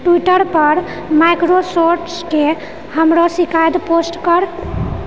Twitter पर माइक्रोसोटसके हमरा शिकायत पोस्ट कर